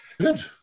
Good